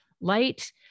light